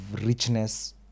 richness